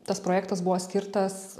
tas projektas buvo skirtas